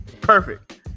perfect